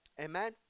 Amen